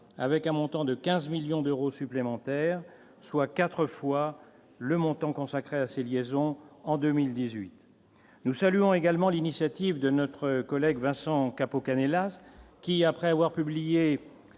avec un montant de 15 millions d'euros supplémentaires, soit 4 fois le montant consacré à ces liaisons en 2018, nous saluons également l'initiative de notre collègue Vincent Capo, hélas, qui, après avoir publié